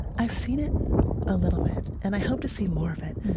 i've seen it a little bit and i hope to see more of it.